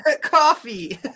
coffee